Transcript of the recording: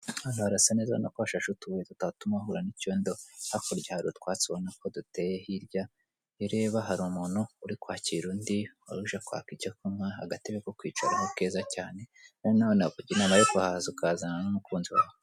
Hano harasa neza, urabona ko hashashe utubuye tutatuma uhura n'icyondo. Hakurya hari utwatsi ubona ko duteye hirya. iyo ureba hari umuntu uri kwakira undi wari uje kwaka icyo kunywa. Agatebe ko kwicaraho keza cyane. Rero nawe nakugira inama yo kuhaza ukahaza n'umukunzi wawe.